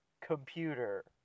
Computer